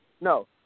No